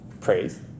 Praise